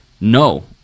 No